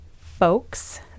folks